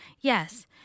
yes